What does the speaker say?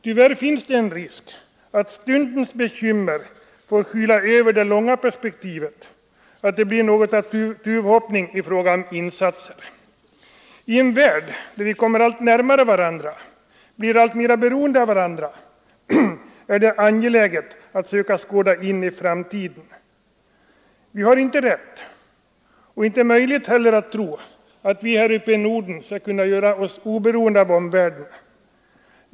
Tyvärr finns det en risk att stundens bekymmer får skyla över det långa perspektivet och att det blir något av tuvhoppning i fråga om insatser. I en värld där vi kommer allt närmare varandra och blir alltmera beroende av varandra är det angeläget att söka skåda in i framtiden. Vi har inte rätt och inte heller möjlighet att tro att vi här uppe i Norden skall kunna uppföra oss oberoende av omvärlden.